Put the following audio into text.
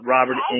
Robert